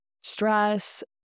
stress